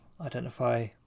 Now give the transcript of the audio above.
identify